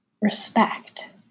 respect